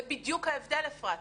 זה בדיוק ההבדל אפרת.